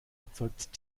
erzeugt